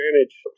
Advantage